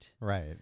Right